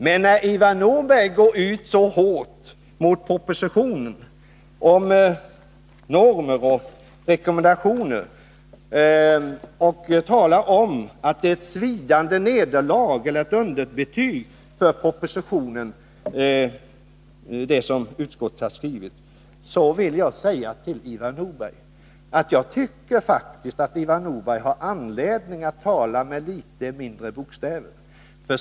Men när Ivar Nordberg går ut så hårt mot propositionen då det gäller normer och rekommendationer och talar om att det som utskottet har skrivit är ett svidande nederlag för eller underbetyg åt propositionen vill jag säga till Ivar Nordberg att jag faktiskt tycker att Ivar Nordberg har anledning att tala med litet mindre bokstäver.